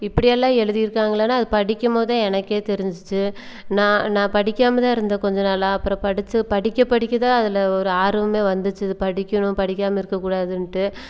இப்படியெல்லாம் எழுதியிருக்காங்களான்னு அது படிக்கும்போது தான் எனக்கு தெரிஞ்சிச்சு நான் நான் படிக்காமல் தான் இருந்தேன் கொஞ்சம் நாளாக அப்புறம் படித்து படிக்கப் படிக்கதான் அதில் ஒரு ஆர்வம் வந்துச்சு இதை படிக்கணும் படிக்காமல் இருக்கக்கூடாதுன்ட்டு